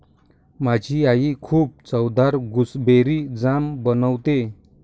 माझी आई खूप चवदार गुसबेरी जाम बनवते